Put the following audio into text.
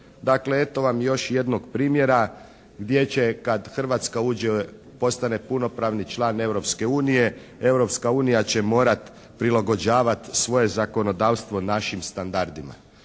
Dakle eto vam još jednog primjera gdje će kad Hrvatska postane punopravni član Europske unije, Europska unija će morati prilagođavati svoje zakonodavstvo našim standardima